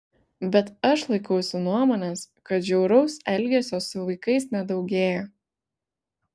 bet aš laikausi nuomonės kad žiauraus elgesio su vaikais nedaugėja